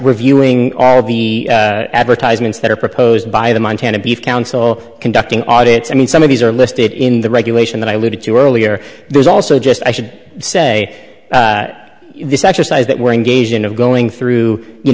reviewing all the advertisements that are proposed by the montana beef council conducting audit i mean some of these are listed in the regulation that i would have to earlier there's also just i should say that this exercise that we're engaged in of going through you